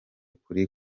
kuri